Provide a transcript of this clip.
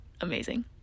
Amazing